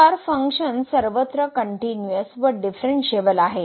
तर फंक्शन सर्वत्र कन्नटीनुअस व डिफरेंशियेबल आहे